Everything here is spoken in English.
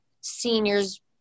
seniors